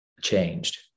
changed